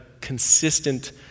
consistent